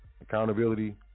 accountability